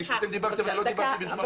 כשדיברתם אני לא דיברתי בזמנכם.